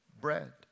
bread